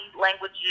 language